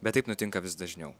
bet taip nutinka vis dažniau